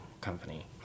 company